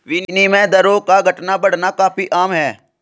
विनिमय दरों का घटना बढ़ना काफी आम है